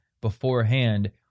beforehand